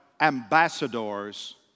ambassadors